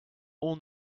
all